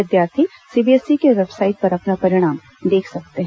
विद्यार्थी सीबीएसई की वेबसाइट पर अपना परिणाम देख सकते हैं